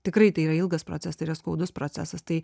tikrai tai yra ilgas procesas tai yra skaudus procesas tai